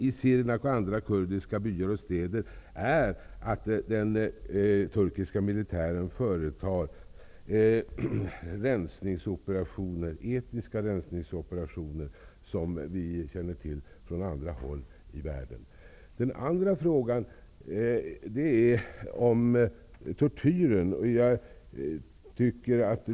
I Sirnak och andra kurdiska byar och städer företar den turkiska militären etniska rensningsoperationer. Sådana känner vi också till från andra håll i världen. Den andra frågan handlar om tortyren.